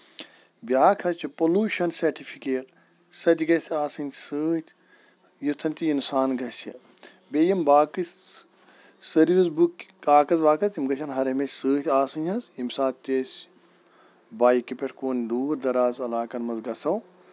بیاکہ حظ چھُ pollution certificate سۄ تہِ گژھِ آسٕنۍ سۭتۍ یوٚتھن تہِ اِنسان گژھِ بیٚیہِ یِم باقٕے سٔروِس بُک کاکد واکد تِم گژھن ہر ہمیشہٕ ستۭتۍ آسٕنۍ حظ ییمہِ ساتہٕ تہِ أسۍ بایکہِ پٮ۪ٹھ کُن دوٗر دَرازٕ علاقن پٮ۪ٹھ گژھو